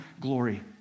glory